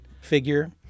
figure